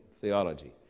theology